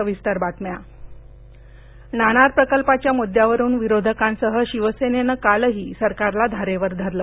विधिमंडळ नाणार प्रकल्पाच्या मुद्द्यावरून विरोधकांसह शिवसेनेनं कालही सरकारला धारेवर धरलं